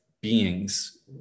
beings